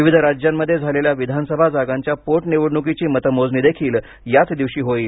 विविध राज्यांमध्ये झालेल्या विधानसभा जागांच्या पोट निवडणुकीची मतमोजणी देखील याच दिवशी होईल